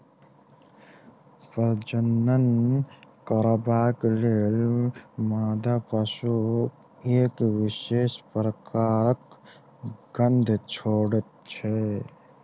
प्रजनन करबाक लेल मादा पशु एक विशेष प्रकारक गंध छोड़ैत छै